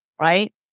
right